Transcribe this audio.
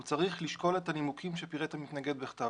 הוא צריך לשקול את הנימוקים שפירט המתנגד בכתב.